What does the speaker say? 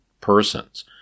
persons